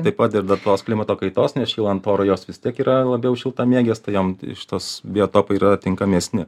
taip pat ir dėl tos klimato kaitos nes šylant orui jos vis tiek yra labiau šiltamėgės tai jom šitos biotopai yra tinkamesni